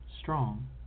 strong